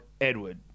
Edward